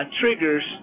triggers